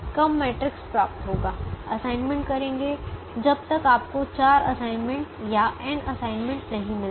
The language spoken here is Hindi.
कम मैट्रिक्स प्राप्त होगा असाइनमेंट करेंगे जब तक आपको 4 असाइनमेंट या n असाइनमेंट नहीं मिलते